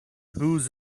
whose